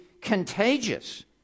contagious